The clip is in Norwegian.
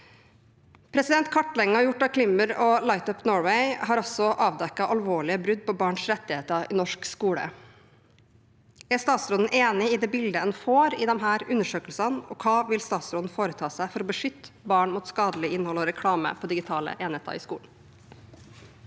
utviklingen. Kartleggingen gjort av Climbr og Lightup Norway har avdekket alvorlige brudd på barns rettigheter i norsk skole. Er statsråden enig i det bildet en får i disse undersøkelsene, og hva vil statsråden foreta seg for å beskytte barn mot skadelig innhold og reklame på digitale enheter i skolen?